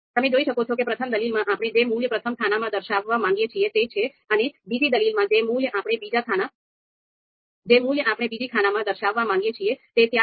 તમે જોઈ શકો છો કે પ્રથમ દલીલમાં આપણે જે મૂલ્ય પ્રથમ ખાનામાં દર્શાવવા માંગીએ છીએ તે છે અને બીજી દલીલમાં જે મૂલ્ય આપણે બીજી ખાનામાં દર્શાવવા માંગીએ છીએ તે ત્યાં છે